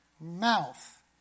mouth